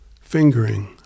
fingering